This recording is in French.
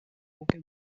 aucun